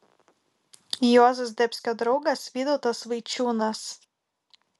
juozo zdebskio draugas vytautas vaičiūnas